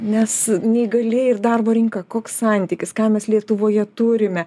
nes neįgalieji ir darbo rinka koks santykis ką mes lietuvoje turime